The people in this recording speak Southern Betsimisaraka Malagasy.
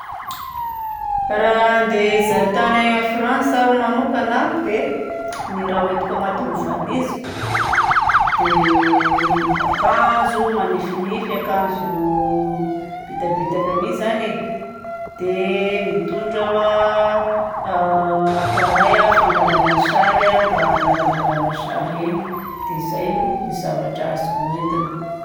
Raha handeha hizaha tany agny France aho manokagna dia ny raha hoentiko agnatin'ny valiziko dia akanjo manifinify, akanjo bitabitaka mi zany e. Dia mitondra aho a appareil a fangalagna sary a mba hangalangalagna sary eny. Dia zay ny zavatra azoko hoentina.